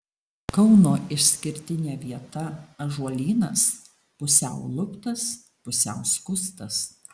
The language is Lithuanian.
kauno išskirtinė vieta ąžuolynas pusiau luptas pusiau skustas